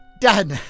Done